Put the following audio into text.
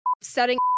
setting